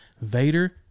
Vader